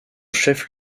chef